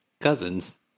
cousins